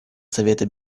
совета